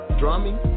drumming